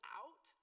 out